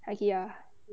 huggie ah